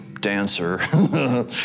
dancer